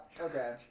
Okay